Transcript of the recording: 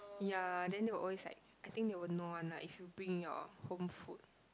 ya then they will always like I think they know one lah if you bring your home food